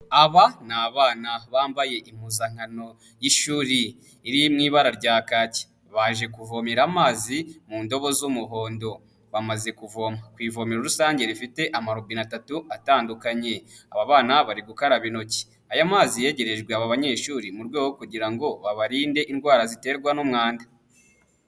Aba ni abana bambaye impuzankano y'ishuri iri mu ibara rya kake, baje kuvomera amazi mu ndobo z'umuhondo bamaze kuvoma ku ivomero rusange rifite amarobine atatu atandukanye, aba bana bari gukaraba intoki, aya mazi yegerejwe aba banyeshuri mu rwego rwo kugira ngo babarinde indwara ziterwa n'umwanda.